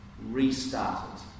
restarted